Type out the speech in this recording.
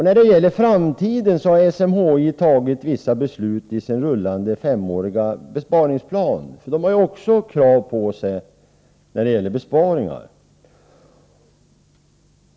När det gäller framtiden har SMHI tagit vissa beslut i sin rullande femåriga besparingsplan. Även SMHI har krav på sig när det gäller besparingar.